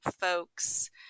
folks